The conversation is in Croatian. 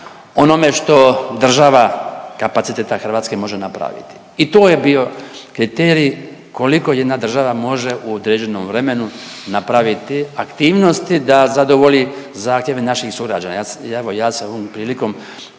onome što država kapaciteta Hrvatske može napraviti. I to je bio kriterij koliko jedna država može u određenom vremenu napraviti aktivnosti da zadovolji zahtjeve naših sugrađana. Evo ja se ovim prilikom